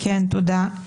תודה.